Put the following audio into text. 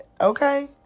okay